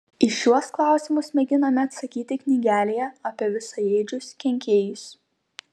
į šiuos klausimus mėginame atsakyti knygelėje apie visaėdžius kenkėjus